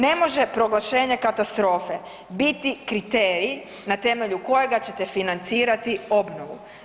Ne može proglašenje katastrofe biti kriterij na temelju kojega ćete financirati obnovu.